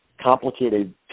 complicated